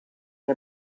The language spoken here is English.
and